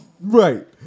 Right